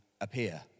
appear